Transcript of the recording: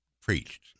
preached